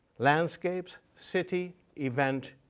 landscapes, city, event,